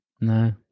No